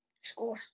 Score